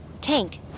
Tank